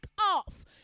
off